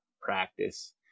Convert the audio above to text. practice